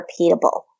repeatable